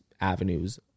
avenues